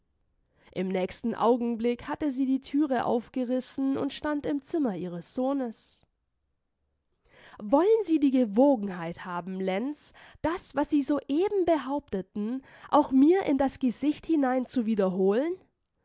im nächsten augenblick hatte sie die thüre aufgerissen und stand im zimmer ihres sohnes wollen sie die gewogenheit haben lenz das was sie soeben behaupteten auch mir in das gesicht hinein zu wiederholen